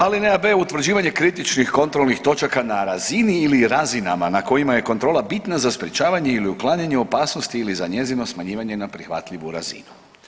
Alineja b utvrđivanje kritičnih kontrolnih točaka na razini ili razinama na kojima je kontrola bitna za sprečavanje ili uklanjanje opasnosti ili za njezino smanjivanje na prihvatljivu razinu.